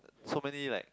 so many like